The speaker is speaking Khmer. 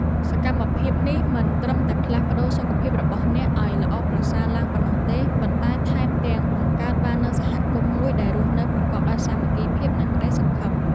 សកម្មភាពនេះមិនត្រឹមតែផ្លាស់ប្តូរសុខភាពរបស់អ្នកឱ្យល្អប្រសើរឡើងប៉ុណ្ណោះទេ ប៉ុន្តែថែមទាំងបង្កើតបាននូវសហគមន៍មួយដែលរស់នៅប្រកបដោយសាមគ្គីភាព និងក្តីសង្ឃឹម។